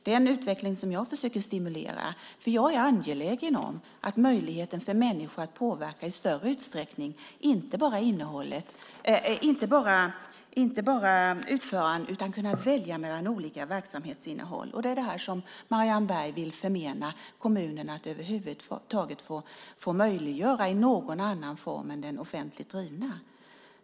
Det är en utveckling som jag försöker stimulera, för jag är angelägen om att möjligheten för människor att påverka i större utsträckning inte bara ska gälla utföraren utan även att kunna välja mellan olika verksamhetsinnehåll. Men Marianne Berg vill förmena kommunerna att över huvud taget få möjliggöra detta i någon annan form än den offentligt drivna.